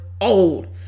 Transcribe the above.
old